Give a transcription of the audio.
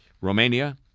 Romania